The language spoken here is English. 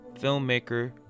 filmmaker